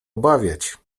obawiać